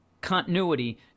continuity